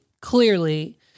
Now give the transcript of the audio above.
clearly